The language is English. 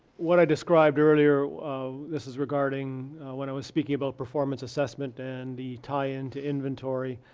what i described earlier, um this is regarding when i was speaking about performance assessment, and the tie in to inventory.